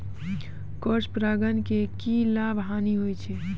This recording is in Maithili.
क्रॉस परागण के की लाभ, हानि होय छै?